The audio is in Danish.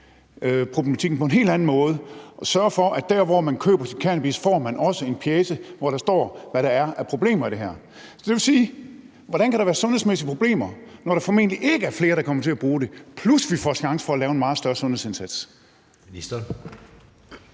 sundhedsproblematikken på en helt anden måde og sørge for, at der, hvor man køber sin cannabis, får man også en pjece, hvor der står, hvad der er af problemer i det her. Så hvordan kan der være sundhedsmæssige problemer, når der formentlig ikke er flere, der kommer til at bruge det, plus at vi får en chance for at lave en meget større sundhedsindsats? Kl.